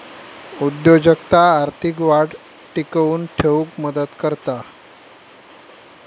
उद्योजकता आर्थिक वाढ टिकवून ठेउक मदत करता